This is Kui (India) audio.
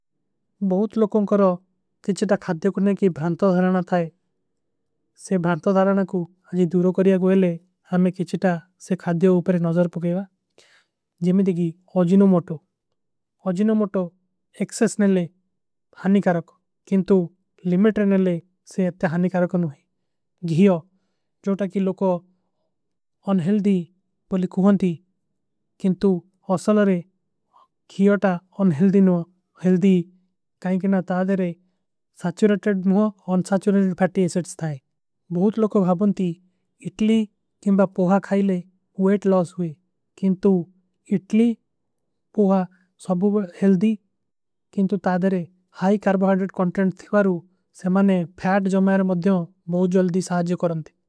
ବହୁତ ଲୋଗୋଂ କରୋ କୀ ଖାଦ୍ଯୋ କରନେ କୀ ଭ୍ରାଂତା ଧାରାନା ଥାଈ। ସେ ଭ୍ରାଂତା ଧାରାନା କୁ ଅଜୀ ଦୂରୋ କରିଯା ଗଏଲେ, ହମେଂ କୀ ଚୀଟା। ସେ ଖାଦ୍ଯୋ ଉପରେ ନଜର ପୋଗେଵା। ଜମନେ ଦେଗୀ ଅଜୀ ନୋ ମୋଟୋ ଅଜୀ। ନୋ ମୋଟୋ ଏକସେସ ନେଲେ ହାନୀ କାରକୋ କିଂଟୁ ଲିମେଟରେ ନେଲେ ସେଵତେ। ହାନୀ କାରକୋ ନହୀଂ ଗୀଯୋ ଜୋ ଟାକୀ ଲୋଗୋ ଅନ୍ହିଲ୍ଦୀ ବୋଲୀ କୁହନ। ଥୀ କିଂଟୁ ହସଲରେ ଗୀଯୋ ଟା ଅନ୍ହିଲ୍ଦୀ ନୋ ହିଲ୍ଦୀ କାଈଂକେ ନା। ତାଦେରେ ସାଚୁରେଟେଡ ମୋ ଅନ୍ସାଚୁରେଟେଡ ପୈଟୀ ଏସେଟ୍ସ ଥାଈ ବହୁତ ଲୋଗୋଂ। ଭାଵନ ଥୀ ଇଟଲୀ କିଂବା ପୋହା ଖାଈଲେ ଵେଟ ଲସ ହୁଏ କିଂଟୁ ଇଟଲୀ। ପୋହା ସବଭୁବ ହିଲ୍ଦୀ କିଂଟୁ ତାଦେରେ ହାଈ କରବୋ ହର୍ଡେଡ କୋଂଟ୍ରେଂଟ। ଥୀଵାରୂ ସେମାନେ ପୈଟ ଜମଯର ମଦ୍ଯୋଂ ମୋ ଜଲ୍ଦୀ ସାଜେ କରନ ଥେ।